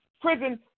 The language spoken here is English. prison